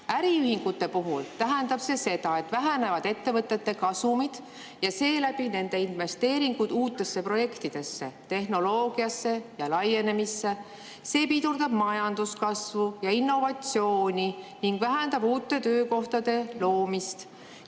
Äriühingute puhul tähendab see seda, et vähenevad ettevõtete kasumid ja seeläbi ka nende investeeringud uutesse projektidesse, tehnoloogiasse ja laienemisse. See pidurdab majanduskasvu ja innovatsiooni ning vähendab uute töökohtade loomist.